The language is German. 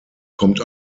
kommt